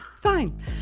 fine